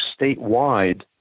statewide